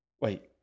Wait